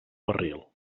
barril